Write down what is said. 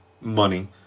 money